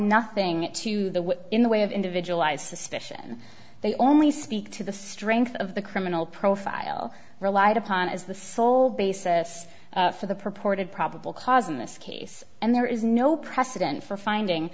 nothing to the in the way of individualized suspicion they only speak to the strength of the criminal profile relied upon as the sole basis for the purported probable cause in this case and there is no precedent for finding